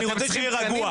אני רוצה שהוא יהיה רגוע.